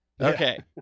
Okay